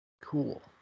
Cool